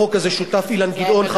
לחוק הזה שותף אילן גילאון.